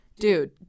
Dude